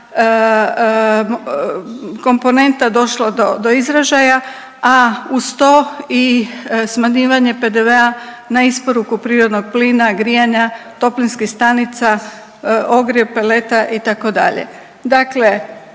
komponenta došla do, do izražaja, a uz to i smanjivanje PDV-a na isporuku prirodnog plina, grijanja, toplinskih stanica, ogrjev, peleta itd.,